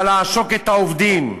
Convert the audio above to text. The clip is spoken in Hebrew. בא לעשוק את העובדים,